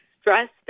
stressed